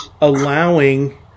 allowing